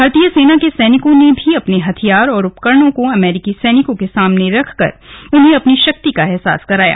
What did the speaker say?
भारतीय सेना के सैनिकों ने भी अपने हथियार और उपकरणों को अमेरिकी सैनिकों के सामने रखकर उन्हें अपनी शक्ति का अहसास कराया